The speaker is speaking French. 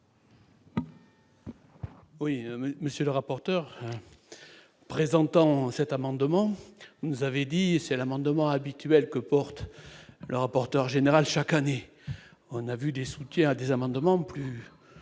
Oui, monsieur le rapporteur, présentant cet amendement, nous avait dit : c'est l'amendement habituel que porte le rapporteur général, chaque année, on a vu du soutien à des amendements plus